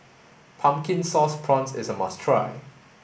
pumpkin sauce prawns is must try